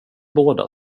båda